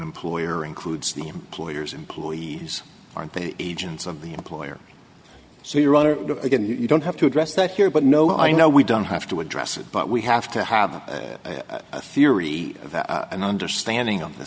employer includes the employer's employees aren't they agents of the employer so your other again you don't have to address that here but no i know we don't have to address it but we have to have a theory of an understanding of the